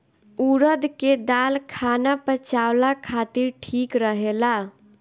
उड़द के दाल खाना पचावला खातिर ठीक रहेला